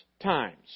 times